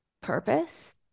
purpose